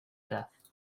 death